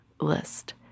list